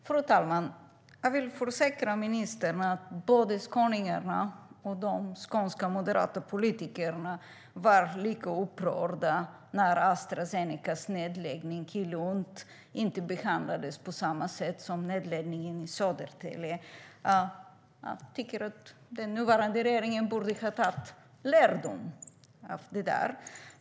Fru talman! Jag försäkrar ministern att skåningarna och de skånska moderata politikerna var lika upprörda när Astra Zenecas nedläggning i Lund inte behandlades på samma sätt som nedläggningen i Södertälje. Jag tycker att den nuvarande regeringen borde ta lärdom av det.